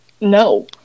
no